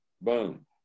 boom